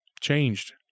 changed